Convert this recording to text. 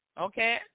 Okay